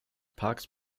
parks